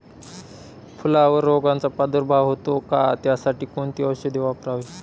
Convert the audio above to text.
फुलावर रोगचा प्रादुर्भाव होतो का? त्यासाठी कोणती औषधे वापरावी?